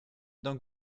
d’un